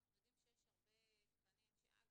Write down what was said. אנחנו יודעים שיש הרבה תכנים שאגב,